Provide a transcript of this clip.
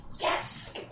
Yes